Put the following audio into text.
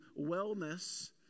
wellness